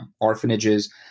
orphanages